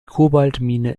kobaltmine